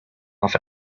off